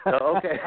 Okay